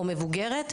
או מבוגרת אחראיים,